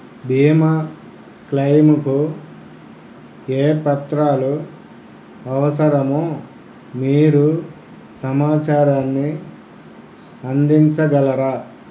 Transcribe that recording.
బీమా క్లెయిముకు ఏ పత్రాలు అవసరమో మీరు సమాచారాన్ని అందించగలరా